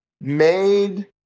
made